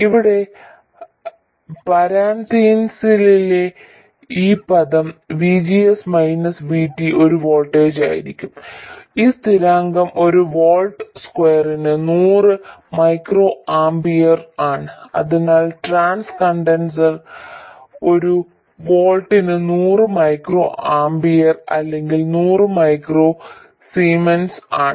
ഇവിടെ പരാൻതീസിസിലെ ഈ പദം VGS മൈനസ് VT ഒരു വോൾട്ട് ആയിരിക്കും ഈ സ്ഥിരാങ്കം ഒരു വോൾട്ട് സ്ക്വയറിന് നൂറ് മൈക്രോആമ്പിയർ ആണ് അതിനാൽ ട്രാൻസ് കണ്ടക്ടൻസ് ഒരു വോൾട്ടിന് നൂറ് മൈക്രോ ആമ്പിയർ അല്ലെങ്കിൽ നൂറ് മൈക്രോ സീമെൻസ് ആണ്